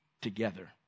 together